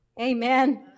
Amen